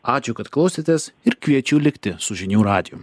ačiū kad klausėtės ir kviečiu likti su žinių radiju